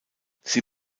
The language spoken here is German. sie